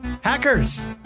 Hackers